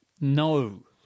no